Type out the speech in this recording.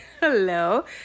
Hello